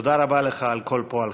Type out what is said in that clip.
תודה רבה לך על כל פועלך,